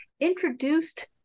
introduced